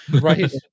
Right